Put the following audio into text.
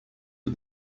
for